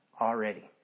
Already